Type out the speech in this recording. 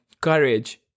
courage